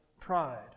pride